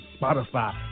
Spotify